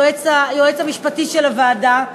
היועץ המשפטי של הוועדה,